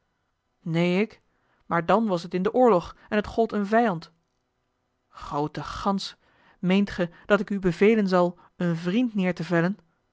neen ik maar dan was het in den oorlog en het gold een vijand groote gans meent ge dat ik u bevelen zal een vriend neêr te vellen